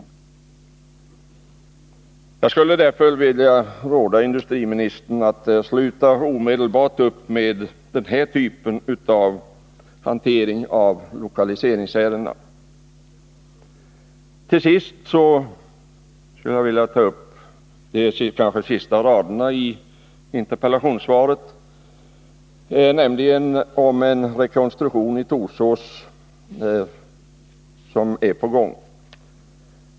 Jag skulle därför vilja råda industriministern att omedelbart sluta upp med den här typen av hantering av lokaliseringsärenden. Slutligen vill jag ta upp den sista delen av interpellationssvaret som handlar om en rekonstruktion av företaget i Torsås som är på gång.